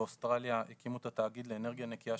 באוסטרליה הקימו את התאגיד לאנרגיה נקייה,